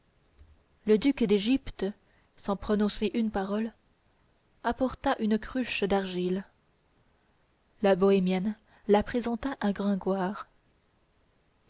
le duc d'égypte sans prononcer une parole apporta une cruche d'argile la bohémienne la présenta à gringoire